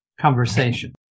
conversation